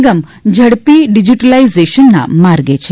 નિગમ ઝડપી ડિજીટાઇલેશનના માર્ગે છે